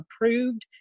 approved